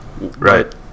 right